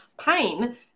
pain